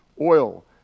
oil